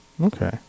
Okay